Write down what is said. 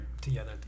together